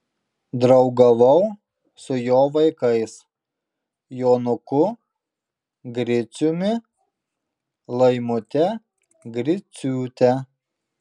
draugavau su jo vaikais jonuku griciumi laimute griciūte